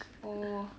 oh